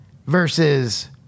versus